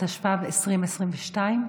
התשפ"ב 2022,